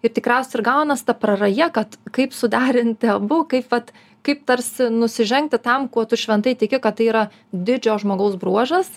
ir tikriausiai ir gaunas ta praraja kad kaip suderinti abu kaip vat kaip tarsi nusižengti tam kuo tu šventai tiki kad tai yra didžio žmogaus bruožas